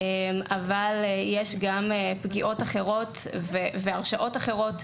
אבל יש גם פגיעות אחרות והרשעות אחרות,